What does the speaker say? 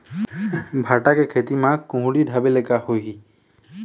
भांटा के खेती म कुहड़ी ढाबे ले का होही?